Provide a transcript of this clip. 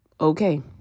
Okay